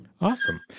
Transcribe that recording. Awesome